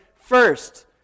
first